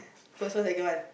first one second one